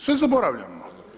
Sve zaboravljamo.